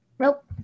nope